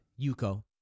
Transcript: Yuko